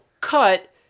cut